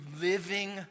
living